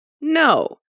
No